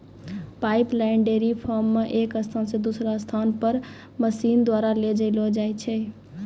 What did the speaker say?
pipeline dairy farm मे एक स्थान से दुसरा पर मशीन द्वारा ले जैलो जाय छै